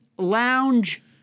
lounge